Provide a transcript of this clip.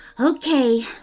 Okay